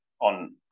on